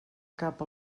cap